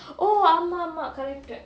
oh ஆமா ஆமா:aamaa aamaa correct